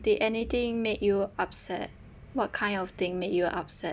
did anything make you upset what kind of thing make you upset